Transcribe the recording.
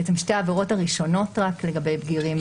בעצם שתי העבירות הראשונות רק לגבי בגירים,